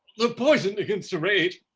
the poison gins to rage!